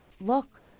look